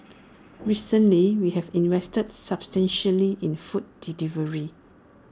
recently we have invested substantially in food delivery